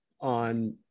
on